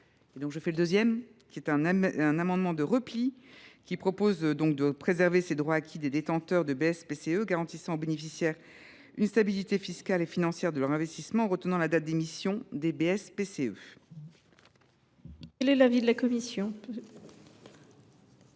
est à Mme Laure Darcos. Cet amendement de repli a pour objet de préserver les droits acquis des détenteurs de BSPCE garantissant aux bénéficiaires une stabilité fiscale et financière de leurs investissements, en retenant la date d’émission des BSPCE. Quel est l’avis de la commission ?